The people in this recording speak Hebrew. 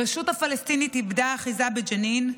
הרשות הפלסטינית איבדה אחיזה בג'נין,